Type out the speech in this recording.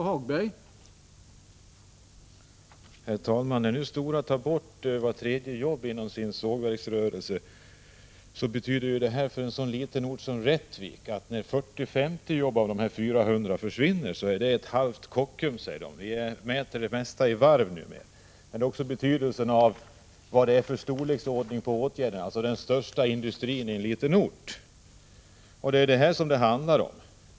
Herr talman! När nu Stora tar bort vart tredje jobb inom sin sågverksrörelse, betyder det för en så liten ort som Rättvik, att i och med att 40-50 jobb av 400 jobb försvinner, är det så att säga fråga om ett halvt Kockums varv. Vi mäter ju det mesta i varv nu, men vi tar också hänsyn till åtgärdernas betydelse för den största industrin på en liten ort. Det är detta det handlar om.